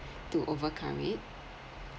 to overcome it